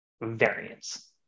variance